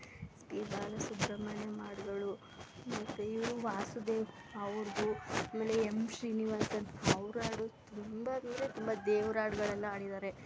S P Bala Subrahmanyam ಹಾಡ್ಗಳು ಮತ್ತು ಇವರು ವಾಸುದೇವ್ ಅವ್ರದ್ದು ಆಮೇಲೆ ಎಮ್ ಶ್ರೀನಿವಾಸನ್ ಅವ್ರ ಹಾಡೂ ತುಂಬ ಅಂದರೆ ತುಂಬ ದೇವ್ರ ಹಾಡ್ಗಳೆಲ್ಲ ಹಾಡಿದಾರೆ